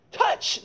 touch